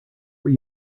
were